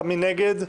מי נגד?